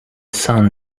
sun